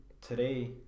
today